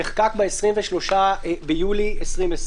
נחקק ב-23 ביולי 2020,